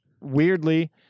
weirdly